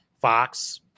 Fox